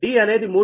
d అనేది 3